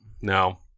no